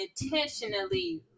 intentionally